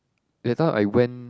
that time I went